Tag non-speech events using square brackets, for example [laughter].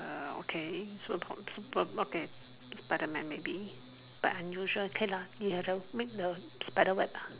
uh okay [noise] okay Spiderman maybe but unusual okay lah he can make the spider web ah